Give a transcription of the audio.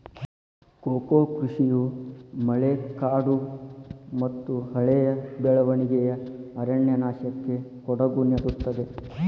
cocoa ಕೃಷಿಯು ಮಳೆಕಾಡುಮತ್ತುಹಳೆಯ ಬೆಳವಣಿಗೆಯ ಅರಣ್ಯನಾಶಕ್ಕೆ ಕೊಡುಗೆ ನೇಡುತ್ತದೆ